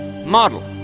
model.